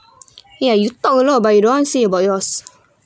ya you talk a lot but you don't say about yours